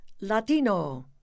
Latino